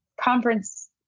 conference